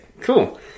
Cool